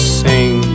sing